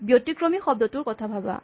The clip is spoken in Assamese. ব্যতিক্ৰমী শব্দটোৰ কথা ভাৱা